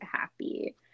happy